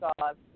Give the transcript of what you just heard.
God